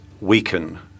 weaken